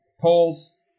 polls